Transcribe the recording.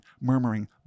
murmuring